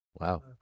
Wow